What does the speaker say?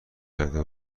کرده